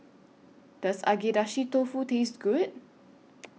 Does Agedashi Dofu Taste Good